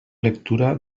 lectura